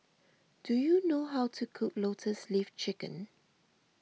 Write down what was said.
do you know how to cook Lotus Leaf Chicken